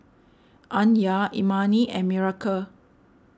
Anya Imani and Miracle